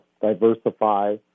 diversify